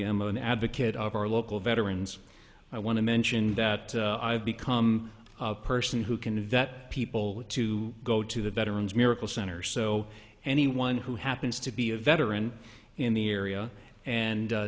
am an advocate of our local veterans i want to mention that i've become a person who can vet people to go to the veteran's miracle center so anyone who happens to be a veteran in the area and